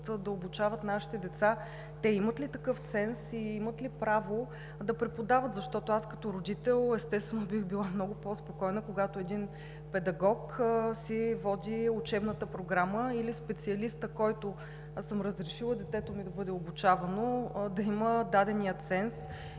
да обучават нашите деца, имат ли такъв ценз, имат ли право да преподават? Аз като родител бих била много по-спокойна, когато един педагог си води учебната програма, или специалистът, при който съм разрешила детето ми да бъде обучавано, да има дадения ценз